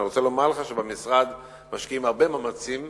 ואני רוצה לומר לך שבמשרד משקיעים הרבה מאמצים